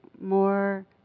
more